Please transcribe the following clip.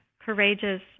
courageous